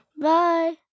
Bye